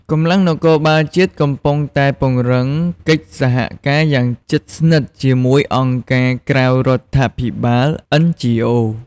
កម្លាំងនគរបាលជាតិ កំពុងតែពង្រឹងកិច្ចសហការយ៉ាងជិតស្និទ្ធជាមួយអង្គការក្រៅរដ្ឋាភិបាល (NGO)។